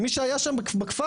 עם מי שהיה שם בכפר,